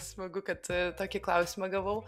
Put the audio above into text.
smagu kad tokį klausimą gavau